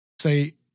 say